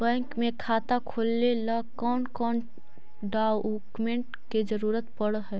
Bank में खाता खोले ल कौन कौन डाउकमेंट के जरूरत पड़ है?